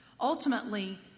Ultimately